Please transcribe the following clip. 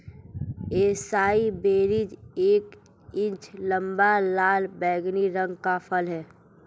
acai berries एक inch लंबा, लाल बैंगनी रंग का फल है